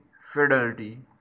fidelity